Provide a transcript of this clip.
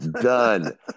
done